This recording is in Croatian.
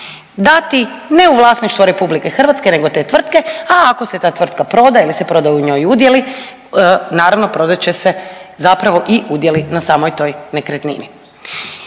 dati ne u vlasništvo RH, nego te tvrtke, a ako se ta tvrtka proda ili se prodaju u njoj udjeli, naravno, prodat će se zapravo i udjeli na samoj toj nekretnini.